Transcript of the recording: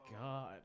god